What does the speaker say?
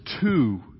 two